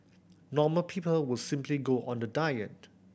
normal people would simply go on the diet